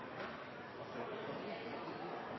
statsråden